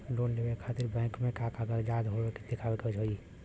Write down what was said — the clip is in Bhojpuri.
लोन लेवे खातिर बैंक मे का कागजात दिखावे के होला?